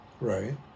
Right